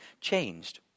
changed